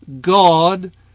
God